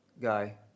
guy